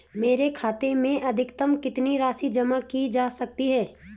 मेरे खाते में अधिकतम कितनी राशि जमा की जा सकती है?